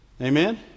Amen